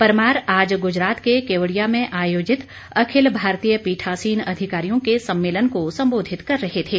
परमार आज गुजरात के केवड़िया में आयोजित अखिल भारतीय पीठासीन अधिकारियों के सम्मेलन को संबोधित कर रहे थे